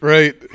Right